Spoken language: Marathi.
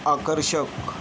आकर्षक